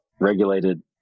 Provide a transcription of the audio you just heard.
regulated